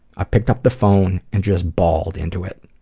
i picked up the phone and just bawled into it.